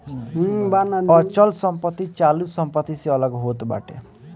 अचल संपत्ति चालू संपत्ति से अलग होत बाटे